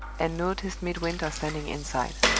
and noticed midwinter standing inside.